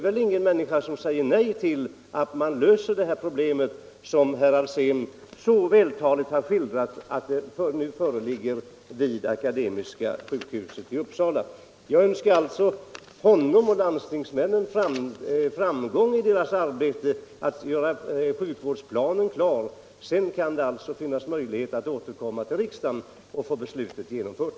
säger ingen människa nej till att det problem löses som herr Alsén så vältaligt har skildrat föreligger vid Akademiska sjukhuset i Uppsala. Jag önskar alltså honom och landstingsmännen framgång i deras arbete med att göra sjukvårdsplanen klar. Sedan finns det möjlighet att återkomma till riksdagen och få beslutet genomfört.